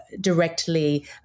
directly